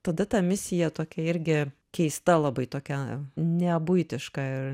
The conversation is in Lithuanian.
tada ta misija tokia irgi keista labai tokia nebuitiška